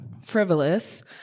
frivolous